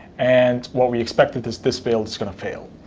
and what we expected, this this build is going to fail.